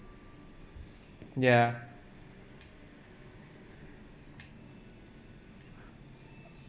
yeah